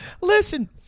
Listen